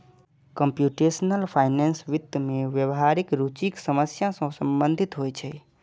computational finance वित्त मे व्यावहारिक रुचिक समस्या सं संबंधित होइ छै